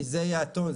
כי זה יהיה הטון,